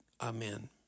Amen